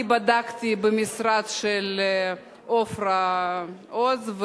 אני בדקתי במשרד של עפרה עוז,